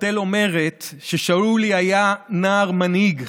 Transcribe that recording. בת אל אומרת ששאולי היה נער מנהיג,